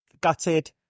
gutted